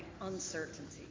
uncertainty